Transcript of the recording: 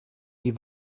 die